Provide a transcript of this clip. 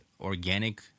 organic